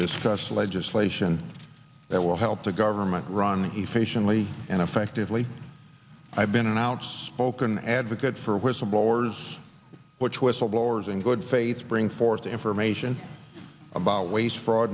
discuss legislation that will help the government run efficiently and effectively i've been an outspoken advocate for whistleblowers which whistleblowers in good faith bring forth information about waste fraud